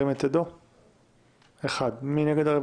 מי נגד?